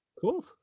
Cool